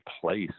place